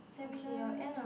seminar